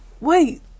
Wait